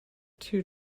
two